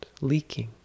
leaking